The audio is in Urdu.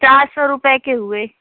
چار سو روپے کے ہوئے